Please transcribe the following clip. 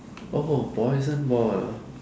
oh poison ball